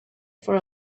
for